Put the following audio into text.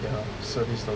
ya service 的 lor